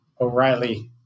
O'Reilly